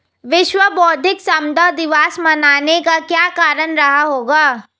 विश्व बौद्धिक संपदा दिवस मनाने का क्या कारण रहा होगा?